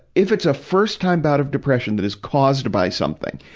if it's a first-time bout of depression that is caused by something,